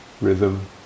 rhythm